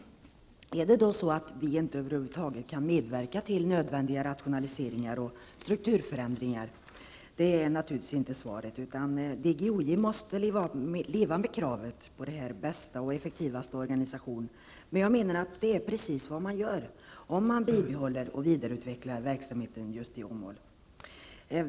Är det då så att vi över huvud taget inte kan medverka till nödvändiga rationaliseringar och strukturförändringar? Nej, så är det naturligtvis inte. TGOJ måste leva med kravet på bästa och effektivaste organisation, men det är precis vad man gör om man bibehåller och vidareutvecklar verksamheten just i Åmål.